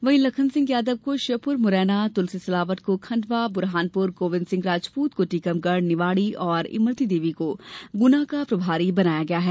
वहीं लखन सिंह यादव को श्योपुर मुरैना तुलसी सिलावट को खंडवाबुरहानपुर गोविंद सिंह राजपूत को टीकमगढ़ निवाड़ी और इमरती देवी को गुना का प्रभारी बनाया गया है